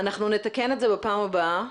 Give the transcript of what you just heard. אנחנו נתקן את זה בפעם הבאה.